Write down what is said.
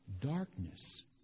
Darkness